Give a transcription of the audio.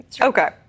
Okay